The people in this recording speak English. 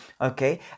okay